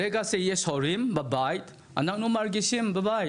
ברגע שיש הורים בבית אנחנו מרגישים בבית,